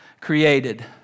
created